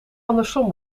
andersom